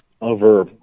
over